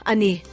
Ani